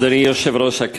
אדוני היושב-ראש,